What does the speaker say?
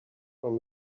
from